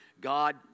God